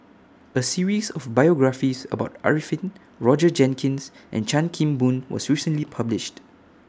A series of biographies about Arifin Roger Jenkins and Chan Kim Boon was recently published